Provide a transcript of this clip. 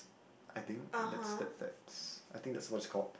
I think that's that that's I think that's what is called